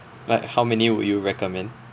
like how many would you recommend